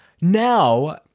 now